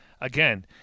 again